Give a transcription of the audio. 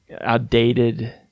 outdated